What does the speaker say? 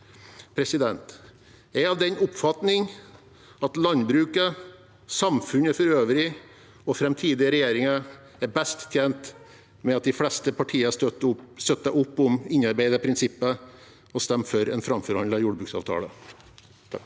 leverer. Jeg er av den oppfatning at landbruket, samfunnet for øvrig og framtidige regjeringer er best tjent med at de fleste partier støtter opp om innarbeidede prinsipper og stemmer for en framforhandlet jordbruksavtale. Heidi